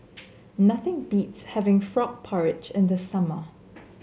nothing beats having Frog Porridge in the summer